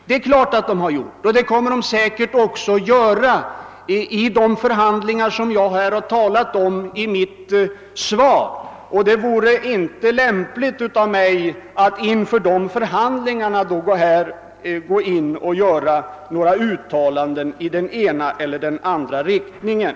Det har de gjort, och det kommer de säkert också att göra vid de förhandlingar som jag talade om i mitt svar. Det vore inte lämpligt av mig att här före dessa förhandlingar göra några uttalanden i den ena eller andra riktningen.